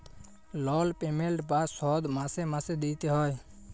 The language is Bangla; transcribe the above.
লল পেমেল্ট বা শধ মাসে মাসে দিইতে হ্যয়